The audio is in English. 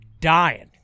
dying